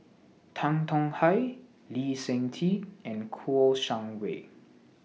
Tan Tong Hye Lee Seng Tee and Kouo Shang Wei